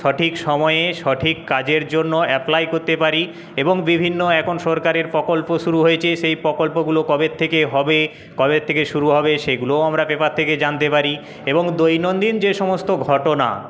সঠিক সময়ে সঠিক কাজের জন্য অ্যাপ্লাই করতে পারি এবং বিভিন্ন এখন সরকারি প্রকল্প শুরু হয়েছে সেই প্রকল্পগুলো কবের থেকে হবে কবের থেকে শুরু হবে সেগুলোও আমরা পেপার থেকে জানতে পারি এবং দৈনন্দিন যেসমস্ত ঘটনা